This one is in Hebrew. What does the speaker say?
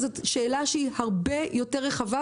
זו שאלה שהיא הרבה יותר רחבה,